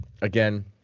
again